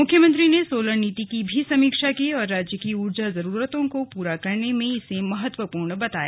मुख्यमंत्री ने सोलर नीति की भी समीक्षा की और राज्य की ऊर्जा जरूरतों को पूरा करने में इसे महत्वपूर्ण बताया